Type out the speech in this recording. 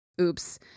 oops